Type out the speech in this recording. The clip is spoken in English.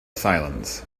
silence